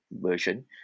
version